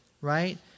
right